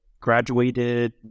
graduated